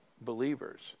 believers